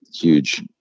huge